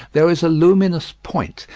there is a luminous point,